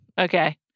Okay